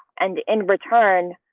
and in return,